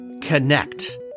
Connect